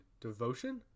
Devotion